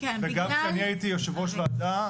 וגם כשאני הייתי יושב-ראש ועדה,